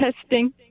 testing